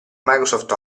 microsoft